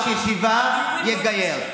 ראש ישיבה יגייר?